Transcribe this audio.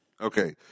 Okay